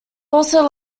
also